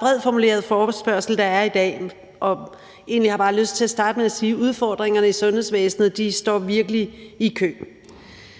bredt formuleret forespørgsel, der er i dag, og egentlig har jeg bare lyst til at sige, at udfordringerne i sundhedsvæsenet virkelig står